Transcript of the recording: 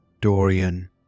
Dorian